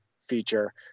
feature